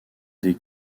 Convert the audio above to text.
des